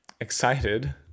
excited